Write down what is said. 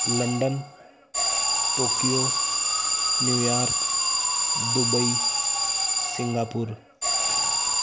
London Tokyo New York Dubai Singapore